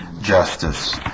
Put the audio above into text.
justice